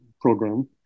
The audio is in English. program